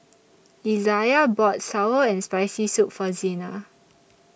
Izayah bought Sour and Spicy Soup For Zena